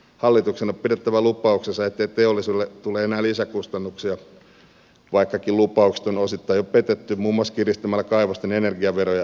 hallituksen on pidettävä lupauksensa ettei teollisuudelle tule enää lisäkustannuksia vaikkakin lupaukset on osittain jo petetty muun muassa kiristämällä kaivosten energiaveroja ja jäteverotusta